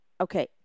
okay